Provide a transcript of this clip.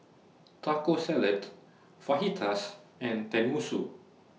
Taco Salad Fajitas and Tenmusu